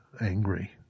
angry